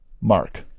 mark